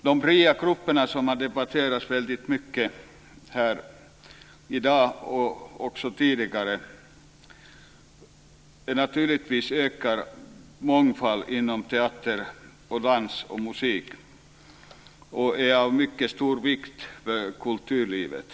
De fria grupperna, som debatterats väldigt mycket här både i dag och tidigare, ökar naturligtvis mångfalden inom teater, dans och musik och är av mycket stor vikt för kulturlivet.